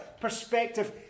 perspective